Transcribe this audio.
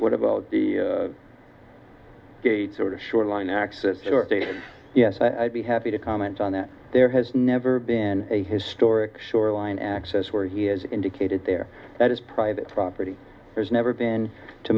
what about the gates sort of shoreline access to data yes i'd be happy to comment on that there has never been a historic shoreline access where he has indicated there that is private property there's never been to